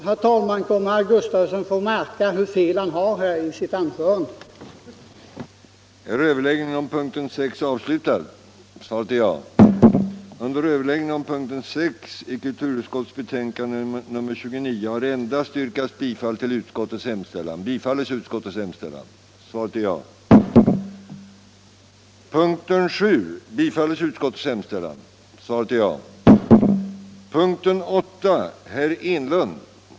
Herr talman! Då kommer herr Gustavsson i Nässjö att märka hur fel han hade i sitt anförande här.